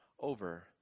over